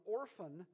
orphan